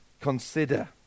consider